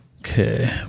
Okay